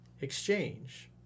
exchange